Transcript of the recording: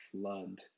flood